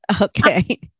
Okay